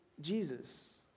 Jesus